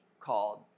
called